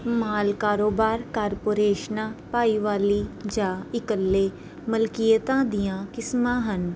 ਮਾਲ ਕਾਰੋਬਾਰ ਕਾਰਪੋਰੇਸ਼ਨਾ ਭਾਈਵਾਲੀ ਜਾਂ ਇਕੱਲੇ ਮਲਕੀਅਤਾਂ ਦੀਆਂ ਕਿਸਮਾਂ ਹਨ